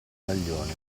maglione